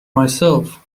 myself